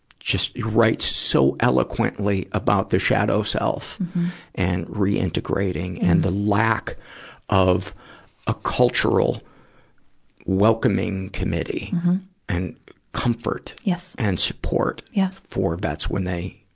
just writes so eloquently about the shadow self and reintegrating and the lack of a cultural welcoming committee and comfort and support yeah for vets when they,